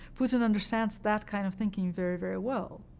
putin understands that kind of thinking very, very well.